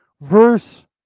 verse